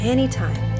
Anytime